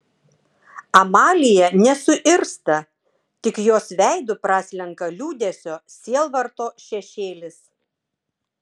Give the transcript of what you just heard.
amalija nesuirzta tik jos veidu praslenka liūdesio sielvarto šešėlis